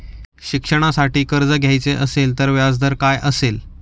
शिक्षणासाठी कर्ज घ्यायचे असेल तर व्याजदर काय असेल?